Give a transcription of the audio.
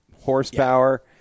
horsepower